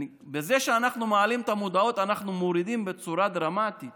בזה שאנחנו מעלים את המודעות אנחנו מורידים בצורה דרמטית